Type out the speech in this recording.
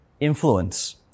influence